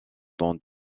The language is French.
dont